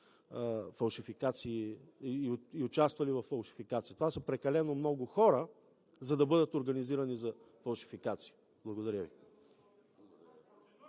платени и са участвали във фалшификации. Това са прекалено много хора, за да бъдат организирани за фалшификации. Благодаря Ви.